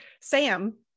Sam